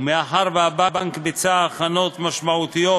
ומאחר שהבנק ביצע הכנות משמעותיות